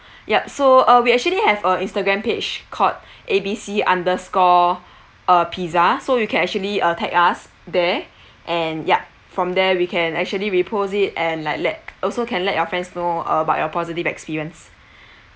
yup so uh we actually have a instagram page called A B C underscore uh pizza so you can actually uh tag us there and yup from there we can actually repost it and like let also can let your friends know about your positive experience